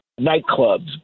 nightclubs